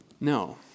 No